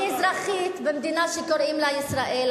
אני אזרחית במדינה שקוראים לה ישראל,